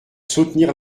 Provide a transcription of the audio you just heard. soutenir